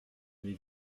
mes